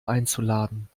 einzuladen